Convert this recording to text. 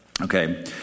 okay